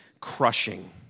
crushing